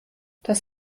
das